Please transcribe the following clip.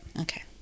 Okay